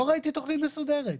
לא ראיתי תוכנית מסודרות.